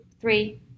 Three